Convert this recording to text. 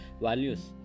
values